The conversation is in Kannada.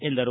ಎಂದರು